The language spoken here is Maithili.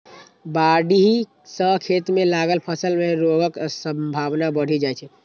बाढ़ि सं खेत मे लागल फसल मे रोगक संभावना बढ़ि जाइ छै